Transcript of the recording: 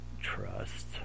Trust